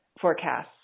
forecasts